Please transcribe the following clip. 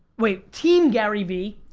wait, team gary vee.